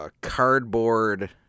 Cardboard